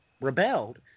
rebelled